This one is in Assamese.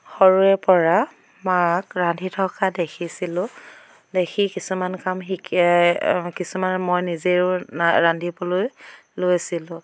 সৰুৰে পৰা মাক ৰান্ধি থকা দেখিছিলোঁ দেখি কিছুমান কাম শিকি কিছুমান মই নিজেও ৰান্ধিবলৈ লৈছিলোঁ